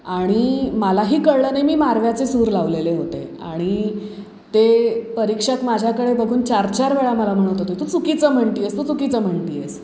आणि मलाही कळलं नाही मी मारव्याचे सूर लावलेले होते आणि ते परीक्षक माझ्याकडे बघून चार चार वेळा मला म्हणत होते तू चुकीचं म्हणत आहेस तू चुकीचं म्हणत आहेस